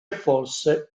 forse